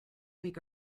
week